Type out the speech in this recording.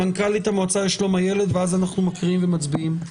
מנכ"לית המועצה לשלום הילד ואז אנחנו מקריאים ומצביעים.